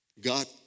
God